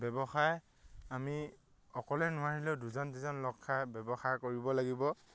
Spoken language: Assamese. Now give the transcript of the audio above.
ব্যৱসায় আমি অকলে নোৱাৰিলেও দুজন দুজন লগখাই ব্যৱসায় কৰিব লাগিব